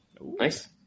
nice